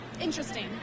interesting